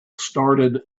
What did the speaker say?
started